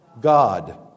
God